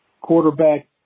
quarterback